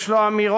יש לו אמירות